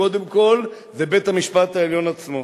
קודם כול זה בית-המשפט העליון עצמו.